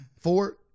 Four